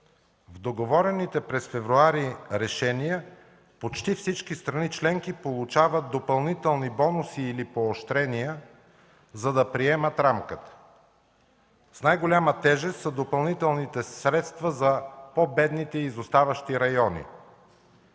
в договорните решения почти всички страни членки получават допълнителни бонуси или поощрения, за да приемат рамката. С най-голяма тежест са допълнителните средства за по-бедните и изоставащи райони.